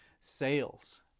sales